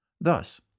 Thus